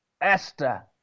Esther